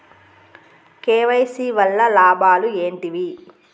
KYC వల్ల లాభాలు ఏంటివి?